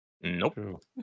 Nope